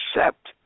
accept